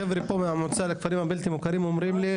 חבר'ה פה מהמועצה לכפרים הבלתי מוכרים אומרים לי,